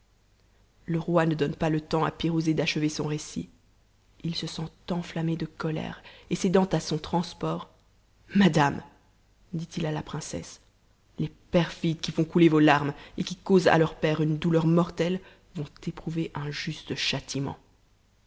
le roi ne donne pas le temps à pirouzé d'achever son récit il se sent enftamraner de colère et cédant à son transport madame dit-il à la princesse les perfides qui font couler vos larmes et qui causent à leur père une douleur mortelle vont éprouver un juste châtiment